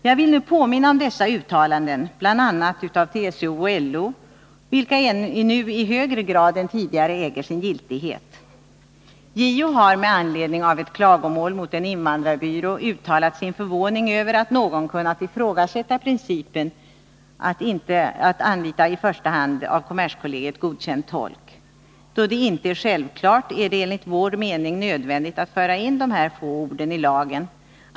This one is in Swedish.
Jag vill nu påminna om dessa uttalanden, bl.a. av TCO och LO, vilka nu i än högre grad än tidigare äger sin giltighet. JO har med anledning av ett klagomål mot en invandrarbyrå uttalat sin förvåning över att någon kunnat ifrågasätta principen att man i första hand skall anlita av kommerskollegium godkänd tolk. Då detta inte överallt är självklart, är det enligt vår mening nödvändigt att man för in dessa få ord i lagen.